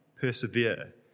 persevere